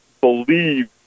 believe